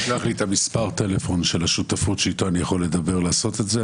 שלח לי את מספר הטלפון של השותפות שאיתה אני יכול לדבר ולעשות את זה,